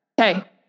Okay